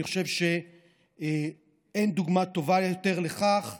אני חושב שאין דוגמה טובה יותר לכך ממך,